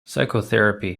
psychotherapy